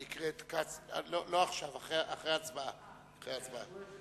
לא עכשיו, אחרי ההצבעה,